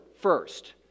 first